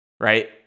Right